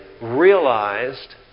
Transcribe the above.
realized